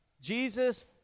Jesus